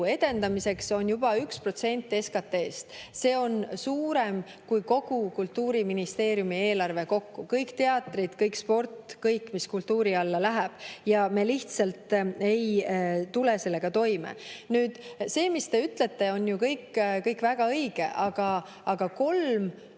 edendamiseks, on juba 1% SKT-st. See on suurem, kui kogu Kultuuriministeeriumi eelarve kokku. Kõik teatrid, kõik sport, kõik, mis kultuuri alla läheb. Ja me lihtsalt ei tule sellega toime. Nüüd see, mis te ütlete, on ju kõik väga õige, aga kolm